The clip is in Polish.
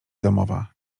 domowa